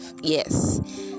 Yes